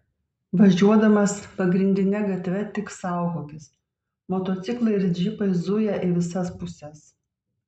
važiuodamas pagrindine gatve tik saugokis motociklai ir džipai zuja į visas puses